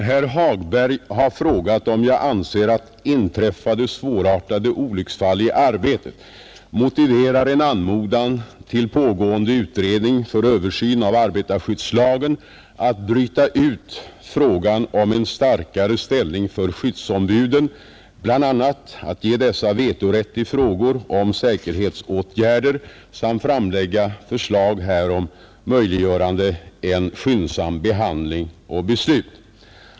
Herr Hagberg har frågat om jag anser att inträffade svårartade olycksfall i arbetet motiverar en anmodan till pågående utredning för översyn av arbetarskyddslagen att bryta ut frågan om en starkare ställning för skyddsombuden, bl.a. att ge dessa vetorätt i frågor om säkerhetsåtgärder, samt framlägga förslag härom möjliggörande en skyndsam behandling och beslut.